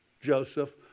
Joseph